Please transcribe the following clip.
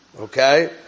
okay